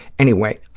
anyway,